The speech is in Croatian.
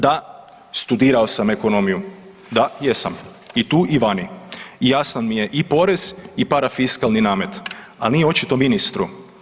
Da, studirao sam ekonomiju, da jesam i tu i vani i jasan mi je i porez i parafiskalni namet, ali nije očito ministru.